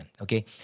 okay